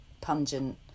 pungent